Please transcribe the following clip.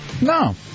No